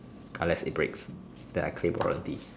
unless it breaks then I claim warranty